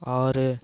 ஆறு